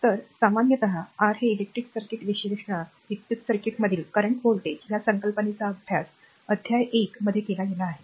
तर सामान्यत r हे इलेक्ट्रिक सर्किट विश्लेषणात विद्युत् सर्किटमधील चालू व्होल्टेज या संकल्पनेचा अभ्यास अध्याय १ मध्ये केला गेला आहे